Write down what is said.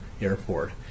airport